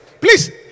please